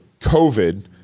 COVID